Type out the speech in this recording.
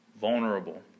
Vulnerable